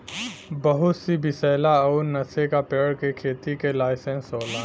बहुत सी विसैला अउर नसे का पेड़ के खेती के लाइसेंस होला